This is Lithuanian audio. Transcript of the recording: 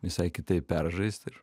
visai kitaip peržaist ir